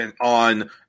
on